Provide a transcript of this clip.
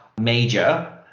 major